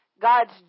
God's